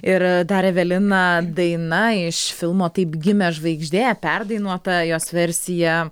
ir dar evelina daina iš filmo taip gimė žvaigždė perdainuota jos versiją